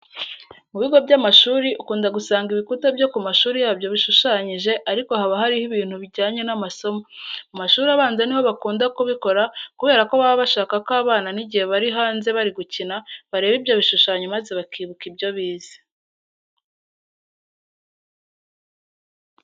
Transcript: Mu bigo by'amashuri ukunda gusanga ibikuta byo ku mashuri yabyo bishushanyije ariko haba hariho ibintu bijyanye n'amasomo. Mu mashuri abanza ni ho bakunda kubikora kubera ko baba bashaka ko abana n'igihe bari hanze bari gukina bareba ibyo bishushanyo maze bakibuka ibyo bize.